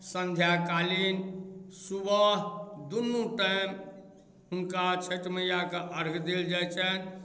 सन्ध्या कालीन सुबह दुनू टाइम हुनका छठि मैया कऽ अर्घ देल जाइत छनि